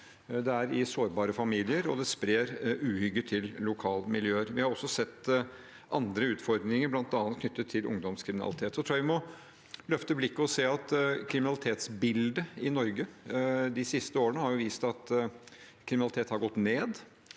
Det er i sårbare familier, og det sprer uhygge i lokalmiljøer. Vi har også sett andre utfordringer, bl.a. knyttet til ungdomskriminalitet. Jeg tror vi må løfte blikket og se at kriminalitetsbildet i Norge de siste årene har vist at kriminaliteten har gått ned.